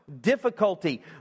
difficulty